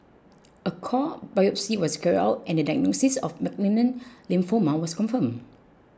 a core biopsy was carried out and the diagnosis of malignant lymphoma was confirmed